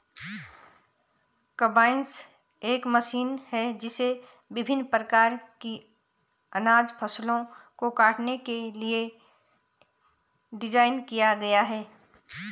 combine एक machine है जिसे विभिन्न प्रकार की अनाज फसलों को काटने के लिए डिज़ाइन किया गया है